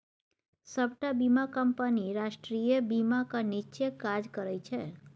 सबटा बीमा कंपनी राष्ट्रीय बीमाक नीच्चेँ काज करय छै